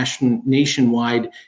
nationwide